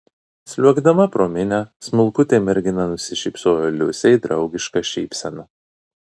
sliuogdama pro minią smulkutė mergina nusišypsojo liusei draugiška šypsena